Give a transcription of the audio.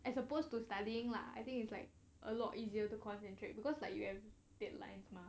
as opposed to studying lah I think it's like a lot easier to concentrate because like you have deadlines mah